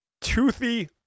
toothy